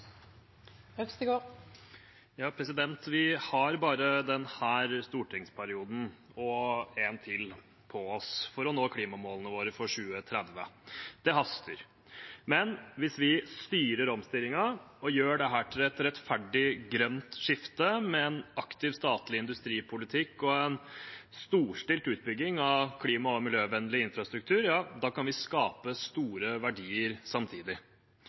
Vi har bare denne stortingsperioden og en til på oss for å nå klimamålene våre for 2030. Det haster, men hvis vi styrer omstillingen og gjør dette til et rettferdig grønt skifte med en aktiv statlig industripolitikk og en storstilt utbygging av klima- og miljøvennlig infrastruktur, kan vi skape store verdier samtidig.